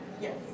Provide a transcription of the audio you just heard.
yes